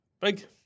Big